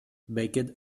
baked